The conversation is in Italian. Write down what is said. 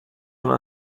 una